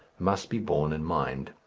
must be borne in mind.